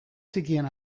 txikien